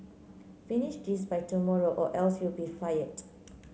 finish this by tomorrow or else you'll be fired